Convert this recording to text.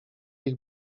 ich